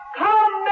come